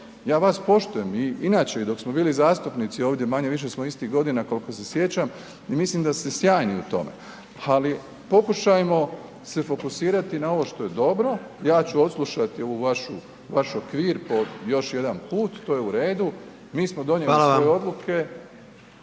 ja vas poštujem i inače dok smo bili zastupnici ovdje, manje-više smo istih godina koliko se sjećam i mislim da ste sjajni u tome ali pokušajmo se fokusirati na ovo što je dobro, ja ću odslušati ovaj vaš okvir po još jedanput, to je u redu, mi smo donijeli svoje odluke